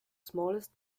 smallest